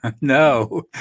No